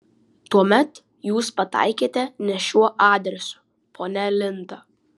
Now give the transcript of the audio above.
tuomet jūs pataikėte ne šiuo adresu ponia linda